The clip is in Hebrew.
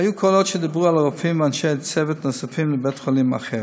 היו קולות שדיברו על הרופאים ואנשי צוות נוספים לבית-חולים אחר.